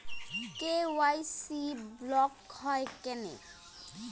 KYC block হয় কেনে?